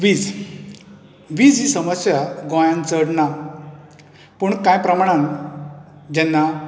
वीज वीज ही समस्या गोंयांत चड ना पूण काय प्रमाणांत जेन्ना